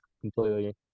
completely